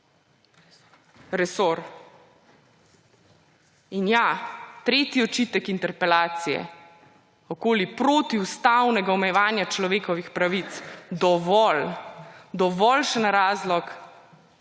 resor! In ja, tretji očitek interpelacije okoli protiustavnega omejevanja človekovih pravic. Dovolj! Dovoljšen razlog,